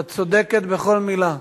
ואת צודקת בכל מלה.